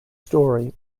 story